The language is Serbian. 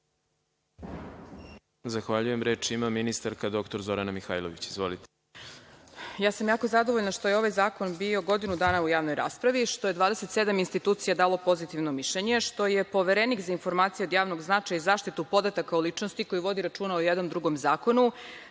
Zahvaljujem. Reč ima ministarka dr Zorana Mihajlović. Izvolite. **Zorana Mihajlović** Ja sam jako zadovoljna što je ovaj zakon bio godinu dana u javnoj raspravi, što je 27 institucija dalo pozitivno mišljenje, što je Poverenik za informacije od javnog značaja i zaštitu podataka o ličnosti, koji vodi računa i o jednom i o drugom zakonu,